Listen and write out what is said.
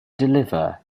deliver